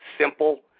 simple